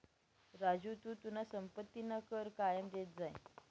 राजू तू तुना संपत्तीना कर कायम देत जाय